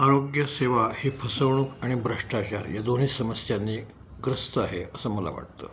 आरोग्य सेवा ही फसवणूक आणि भ्रष्टाचार या दोन्ही समस्यांनी ग्रस्त आहे असं मला वाटतं